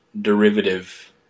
derivative